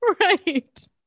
Right